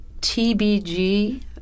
TBG